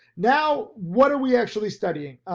now what are we actually studying?